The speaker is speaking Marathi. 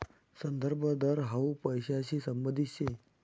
संदर्भ दर हाउ पैसांशी संबंधित शे